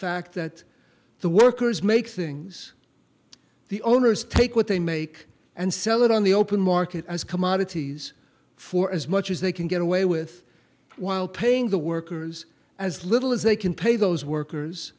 fact that the workers make things the owners take what they make and sell it on the open market as commodities for as much as they can get away with while paying the workers as little as they can pay those workers